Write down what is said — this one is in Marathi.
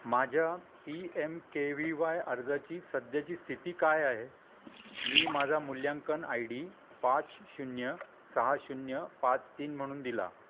माझ्या P M K V Y अर्जाची सध्याची स्थिती काय आहे मी माझा मूल्यांकन आय डी पाच शून्य सहा शून्य पाच तीन म्हणून दिला